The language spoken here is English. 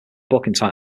written